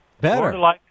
Better